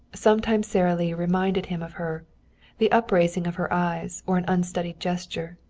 sometimes sara lee reminded him of her the upraising of her eyes or an unstudied gesture.